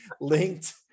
linked